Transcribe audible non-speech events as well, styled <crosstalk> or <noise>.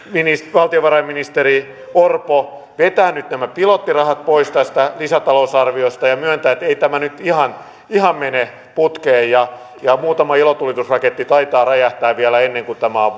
valtiovarainministeri orpo vetää nämä pilottirahat pois tästä lisätalousarviosta ja myöntää että ei tämä nyt ihan ihan mene putkeen ja että muutama ilotulitusraketti taitaa räjähtää vielä ennen kuin tämä on <unintelligible>